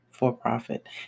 for-profit